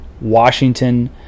Washington